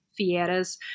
fieras